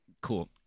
cool